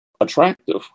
attractive